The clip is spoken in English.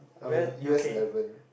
I'm a U_S eleven